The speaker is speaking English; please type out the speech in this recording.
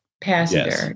passenger